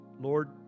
Lord